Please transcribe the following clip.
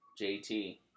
JT